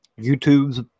YouTube's